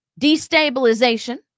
destabilization